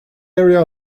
area